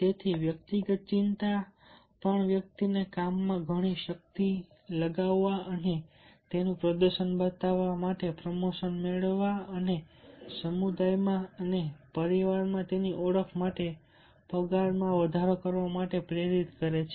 તેથી વ્યક્તિગત ચિંતા પણ વ્યક્તિને કામમાં ઘણી શક્તિ લગાવવા અને કાર્યમાં તેનું પ્રદર્શન બતાવવા તેમજ પ્રમોશન મેળવવા અને સમુદાયમાં તેમજ પરિવારમાં તેની ઓળખ માટે પગારમાં વધારો કરવા માટે પ્રેરિત કરે છે